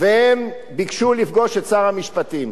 והם ביקשו לפגוש את שר המשפטים.